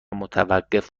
متوقف